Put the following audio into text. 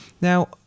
now